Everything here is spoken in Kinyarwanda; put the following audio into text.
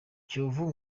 kiyovu